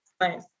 nice